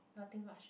nothing much